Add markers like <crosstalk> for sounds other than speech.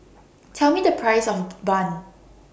Tell Me The Price of <noise> Bun